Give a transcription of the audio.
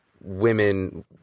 women